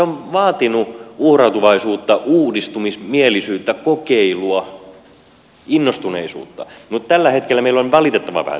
se on vaatinut uhrautuvaisuutta uudistumismielisyyttä kokeilua innostuneisuutta mutta tällä hetkellä meillä on valitettavan vähän tätä